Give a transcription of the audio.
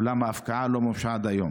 אולם לא מומשה ההפקעה.